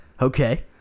Okay